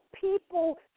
people